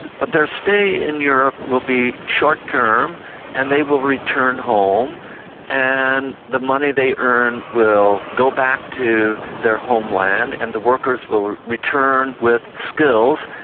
but their stay in europe will be short-term and they will return home and the money they earned will go back to their homeland, and the workers will return with skills.